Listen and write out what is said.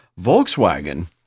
Volkswagen